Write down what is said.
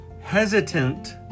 hesitant